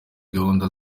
gahunda